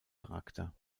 charakter